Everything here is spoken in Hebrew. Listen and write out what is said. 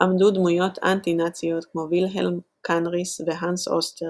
עמדו דמויות אנטי נאציות כמו וילהלם קנריס והנס אוסטר,